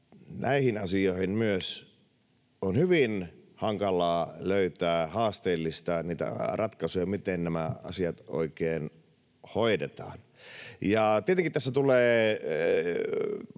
Näihin asioihin myös on hyvin hankalaa, haasteellista löytää niitä ratkaisuja, miten nämä asiat oikein hoidetaan. Tietenkin tässä tulee